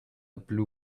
blue